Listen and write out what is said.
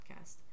podcast